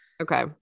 Okay